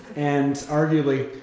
and arguably,